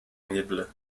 horribles